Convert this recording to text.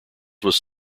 was